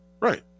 Right